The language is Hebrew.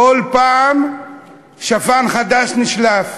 כל פעם שפן חדש נשלף.